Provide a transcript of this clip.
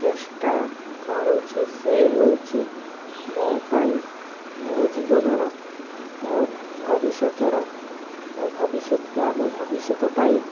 ଚେଷ୍ଟା କରୁଛି ସେ ହେଉଛି ମୋ ପାଇଁ ମୋ ଜୀବନର ମୋ ଭବିଷ୍ୟତର ମୋ ଭବିଷ୍ୟତ ବା ମୋ ଭବିଷ୍ୟତ ପାଇଁ